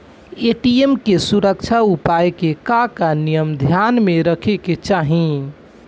ATM के सुरक्षा उपाय के का का नियम ध्यान में रखे के चाहीं?